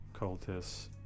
cultists